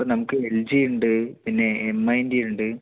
ഇപ്പോൾ നമുക്ക് എൽ ജിയുണ്ട് പിന്നെ എം ഐൻ്റെയുണ്ട്